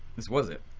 this was it.